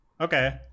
Okay